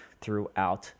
throughout